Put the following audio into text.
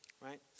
Right